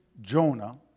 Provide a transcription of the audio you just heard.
Jonah